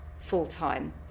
full-time